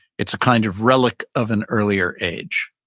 it's a kind of relic of an earlier age,